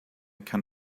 can